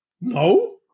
No